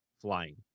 flying